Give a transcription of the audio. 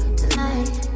tonight